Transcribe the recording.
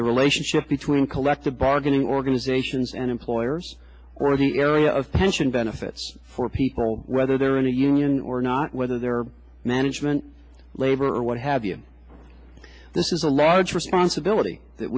the relationship between collective bargaining organizations and employers or the area of pension benefits for people whether they're in a union or not whether they're management labor or what have you this is a lot of responsibility that